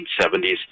1970s